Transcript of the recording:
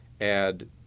add